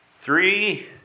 three